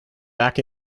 back